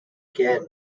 again